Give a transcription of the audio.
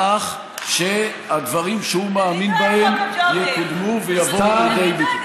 לכך שהדברים שהוא מאמין בהם יקודמו ויבואו לידי ביטוי.